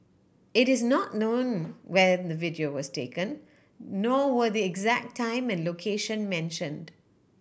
it is not known when the video was taken nor were the exact time and location mentioned